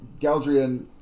Galdrian